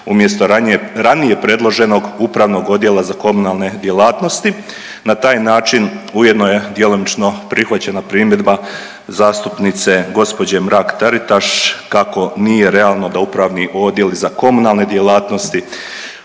umjesto predloženog upravnog odjela za komunalne djelatnosti. Na taj način ujedno je djelomično prihvaćena primjedba zastupnice gđe. Mrak-Taritaš kako nije realno da upravni odjeli za komunalne djelatnosti